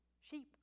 Sheep